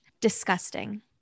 Disgusting